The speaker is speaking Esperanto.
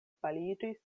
paliĝis